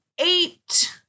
eight